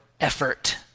effort